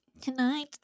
tonight